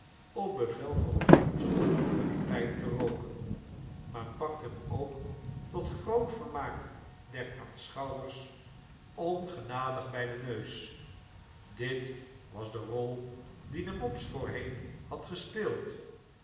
op bevel van punch eene pijp te rooken maar pakt hem ook tot groot vermaak der aanschouwers ongenadig bij den neus dit was de rol die de mops voorheen had gespeeld